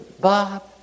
Bob